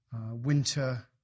winter